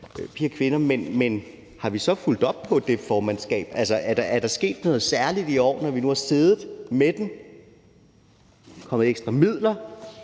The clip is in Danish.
Men har vi så fulgt op på det formandskab, er der sket noget særligt i år, når vi nu har siddet med den, er der kommet ekstra midler,